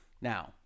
Now